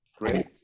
Great